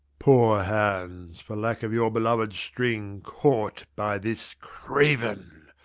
poor hands, for lack of your beloved string, caught by this craven!